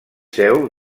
seu